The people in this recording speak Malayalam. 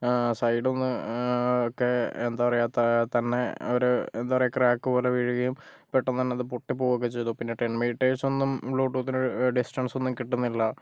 സൈടിന്നൊക്കെ ഒക്കെ എന്താ പറയുക താ തന്നെ ഒരു എന്താ പറയാ ക്രാക്ക് പോലെ വീഴുകയും പെട്ടന്നുതന്നെ അത് പൊട്ടിപ്പൊവൊക്കെ ചെയ്തു പിന്നെ ടെൻ മീറ്റെർസൊന്നും ബ്ലൂടൂത്തിനു ഡിസ്റ്റൻസ് ഒന്നും കിട്ടുന്നില്ല